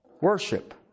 worship